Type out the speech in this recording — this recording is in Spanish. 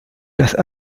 las